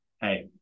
Hey